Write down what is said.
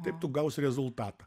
taip tu gausi rezultatą